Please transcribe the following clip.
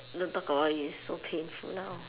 don't talk about it it's so painful now